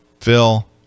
Phil